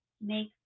Make